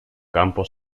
campo